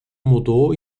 mudou